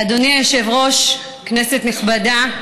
אדוני היושב-ראש, כנסת נכבדה,